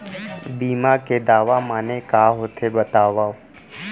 बीमा के दावा माने का होथे बतावव?